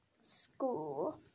school